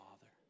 Father